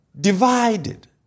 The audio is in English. divided